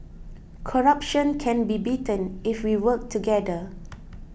corruption can be beaten if we work together